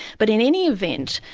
but in any event,